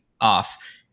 off